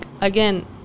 again